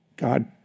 God